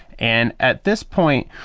and at this point,